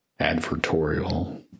advertorial